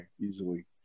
easily